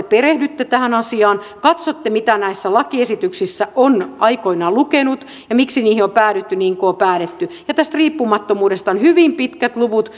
perehdytte tähän asiaan katsotte mitä näissä lakiesityksissä on aikoinaan lukenut ja miksi niihin on päädytty niin kuin on päädytty ja tästä riippumattomuudesta on hyvin pitkät luvut